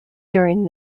during